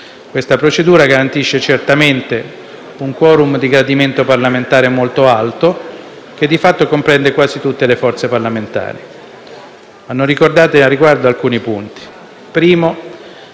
Questa procedura garantisce certamente un *quorum* di gradimento parlamentare molto alto, che di fatto comprende quasi tutte le forze parlamentari. Vanno ricordati al riguardo alcuni punti: